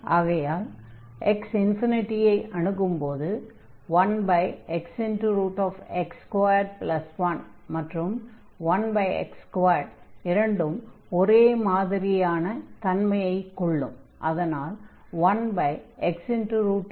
ஆகையால் x ∞ ஐ அணுகும்போது 1xx21 மற்றும் 1x2 இரண்டும் ஒரே மதிரியான தன்மையைக் கொள்ளும்